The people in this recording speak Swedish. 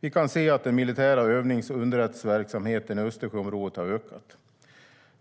Vi kan se att den militära övnings och underrättelseverksamheten i Östersjöområdet har ökat.